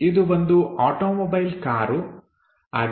ಇದು ಒಂದು automobile car ಆಗಿದೆ